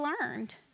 learned